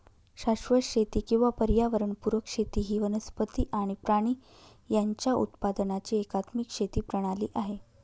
शाश्वत शेती किंवा पर्यावरण पुरक शेती ही वनस्पती आणि प्राणी यांच्या उत्पादनाची एकात्मिक शेती प्रणाली आहे